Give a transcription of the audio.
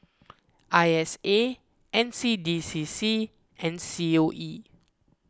I S A N C D C C and C O E